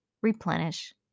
replenish